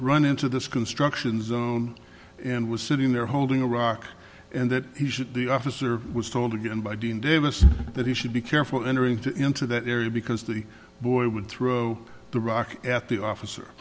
run into this construction zone and was sitting there holding a rock and that he should the officer was told again by doing davis that he should be careful entering to into that area because the boy would throw the rock at the officer